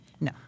No